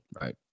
right